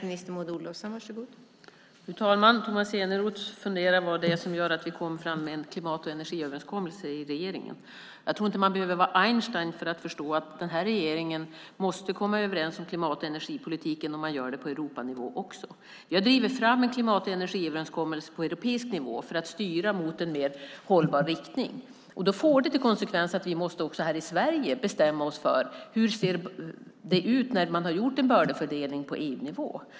Fru talman! Tomas Eneroth funderar över vad det är som gör att regeringen kommer fram med en klimat och energiöverenskommelse. Jag tror inte att man behöver vara Einstein för att förstå att den här regeringen måste komma överens om klimat och energipolitiken; man gör det på Europanivå också. Vi har drivit fram en klimat och energiöverenskommelse på europeisk nivå för att styra mot en mer hållbar riktning. Det får som konsekvens att vi också i Sverige måste bestämma hur det ser ut när man har gjort en bördefördelning på EU-nivå.